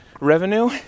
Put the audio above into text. revenue